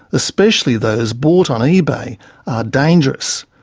especially those bought on ebay, are dangerous.